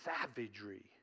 savagery